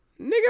Nigga